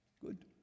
good